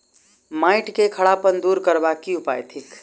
माटि केँ खड़ापन दूर करबाक की उपाय थिक?